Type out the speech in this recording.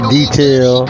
detail